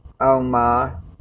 Omar